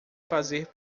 fazer